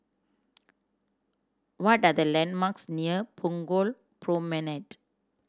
what are the landmarks near Punggol Promenade